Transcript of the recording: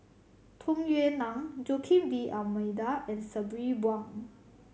Tung Yue Nang Joaquim D'Almeida and Sabri Buang